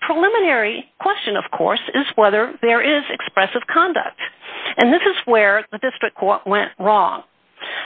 the preliminary question of course is whether there is expressive conduct and this is where the district court went wrong